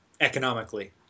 economically